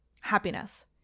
happiness